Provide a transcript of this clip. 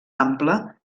ample